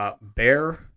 Bear